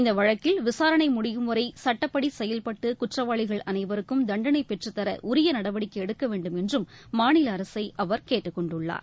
இந்த வழக்கில் விசாரணை முடியும்வரை சட்டப்படி செயல்பட்டு குற்றவாளிகள் அனைவருக்கும் பெற்றுத்தர உரியநடவடிக்கை எடுக்கவேண்டும் என்றும் மாநில தண்டனை கேட்டுக்கொண்டுள்ளார்